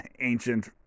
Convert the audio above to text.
ancient